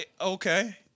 Okay